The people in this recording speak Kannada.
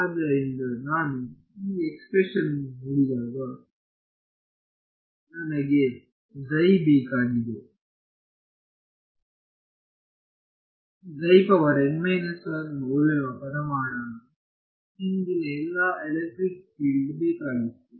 ಆದ್ದರಿಂದ ನಾನು ಈ ಎಕ್ಸ್ಪ್ರೆಶನ್ಯನ್ನು ನೋಡಿದಾಗ ನನಗೆ ಬೇಕಾಗಿವೆ ಮೌಲ್ಯಮಾಪನ ಮಾಡಲು ಹಿಂದಿನ ಎಲ್ಲ ಎಲೆಕ್ಟ್ರಿಕ್ ಫೀಲ್ಡ್ ಬೇಕಾಗಿತ್ತು